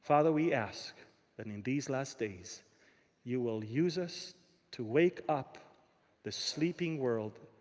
father, we ask that in these last days you will use us to wake up the sleeping world,